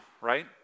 right